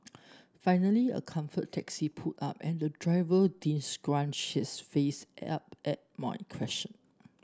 finally a Comfort taxi pulled up and the driver didn't scrunch his face up at my question